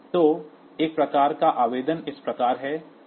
तो एक प्रकार का आवेदन इस प्रकार है